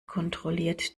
kontrolliert